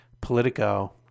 Politico